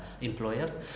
employers